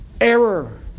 Error